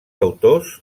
autors